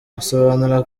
asobanura